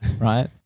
right